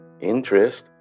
Interest